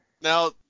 Now